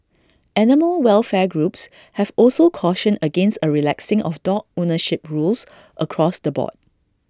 animal welfare groups have also cautioned against A relaxing of dog ownership rules across the board